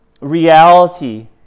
reality